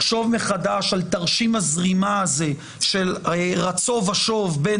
לחשוב מחדש על תרשים הזרימה הזה של רצה ושוב בין